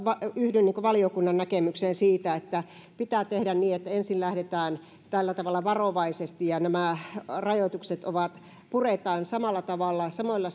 yhdyn valiokunnan näkemykseen siitä että pitää tehdä niin että ensin lähdetään tällä tavalla varovaisesti ja nämä rajoitukset puretaan samalla tavalla samoilla